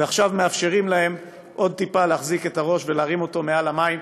ועכשיו מאפשרים להם עוד טיפה להחזיק את הראש ולהרים אותו מעל המים.